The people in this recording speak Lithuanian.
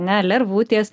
ne lervutės